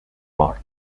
mort